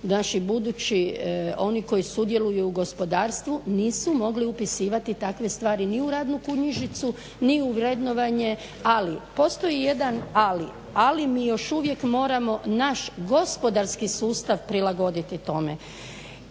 naši budući, oni koji sudjeluju u gospodarstvu nisu mogli upisivati takve stvari ni u radnu knjižicu ni u vrednovanje ali, postoji jedan ali, ali mi još uvijek moramo naš gospodarski sustav prilagoditi tome.